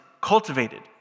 cultivated